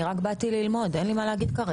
אני רק באתי ללמוד, אין לי מה להגיד כרגע.